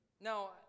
Now